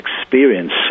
experience